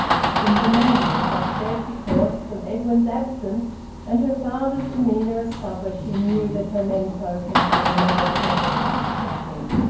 simple maggie was upset because, from edwin's absence and her father's demeanour at supper, she knew that her menfolk had had another terrible discussion.